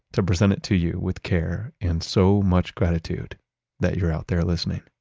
to present it to you with care and so much gratitude that you're out there listening